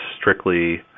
strictly